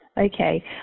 Okay